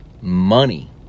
money